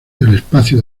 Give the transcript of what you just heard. espacio